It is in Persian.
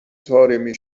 طارمی